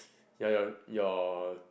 ya your your